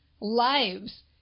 lives